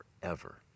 forever